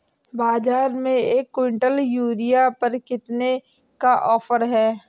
बाज़ार में एक किवंटल यूरिया पर कितने का ऑफ़र है?